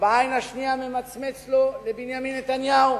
ובעין השנייה ממצמץ לו לבנימין נתניהו,